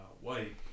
white